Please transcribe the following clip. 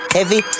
Heavy